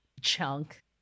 Chunk